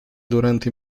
durante